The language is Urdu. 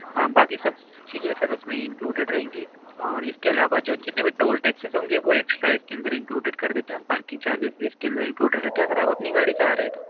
ہاں باقی سب چیزیں سر اُس میں انکلوڈیڈ رہیں گی اور اِس کے علاوہ جو جتنے بھی ٹول ٹیکسس ہوں گے وہ ایکسٹرا اِس کے اندر انکلوڈیڈ کر دیتے ہیں ہم پارکنگ چارجز بھی اِس کے اندر انکلوڈیڈ رہتے ہیں اگر آپ اپنی گاڑی سے آ رہے ہیں تو